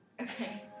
Okay